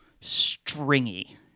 stringy